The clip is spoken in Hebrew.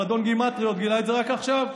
אבל אדון גימטריות גילה את זה רק עכשיו.